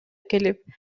келип